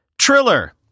Triller